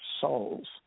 souls